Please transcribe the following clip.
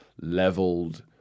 leveled